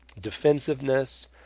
defensiveness